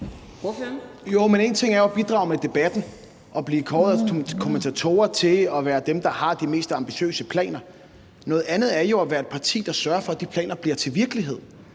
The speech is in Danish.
(V): Men en ting er jo at bidrage i debatten og blive kåret af kommentatorer til at være dem, der har de mest ambitiøse planer. Noget andet er at være et parti, der sørger for, at de planer bliver til virkelighed.